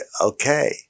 okay